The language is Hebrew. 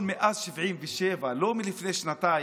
בשלטון מאז 1977, לא מלפני שנתיים.